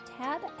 tab